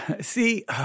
see